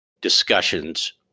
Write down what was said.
discussions